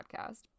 podcast